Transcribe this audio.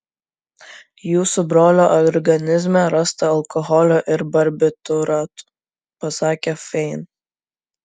jūsų brolio organizme rasta alkoholio ir barbitūratų pasakė fain